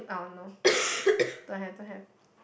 orh no don't have don't have